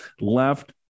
left